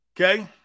Okay